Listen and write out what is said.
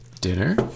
dinner